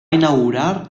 inaugurar